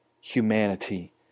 humanity